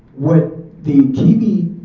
what the tv.